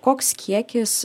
koks kiekis